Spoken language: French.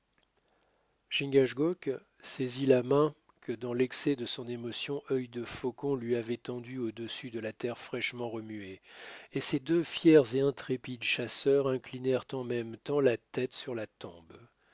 chingachgook saisit la main que dans l'excès de son émotion œil de faucon lui avait tendue au-dessus de la terre fraîchement remuée et ces deux fiers et intrépides chasseurs inclinèrent en même temps la tête sur la tombe